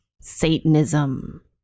Satanism